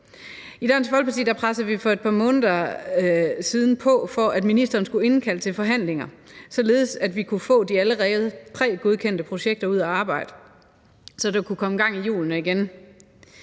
pressede vi for et par måneder siden på for, at ministeren skulle indkalde til forhandlinger, således at vi kunne få de allerede prægodkendte projekter ud at arbejde, så der kunne komme gang i hjulene igen.